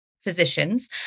physicians